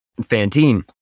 Fantine